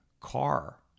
car